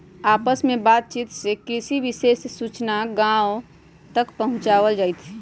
आपस में बात चित से कृषि विशेष सूचना गांव गांव तक पहुंचावल जाईथ हई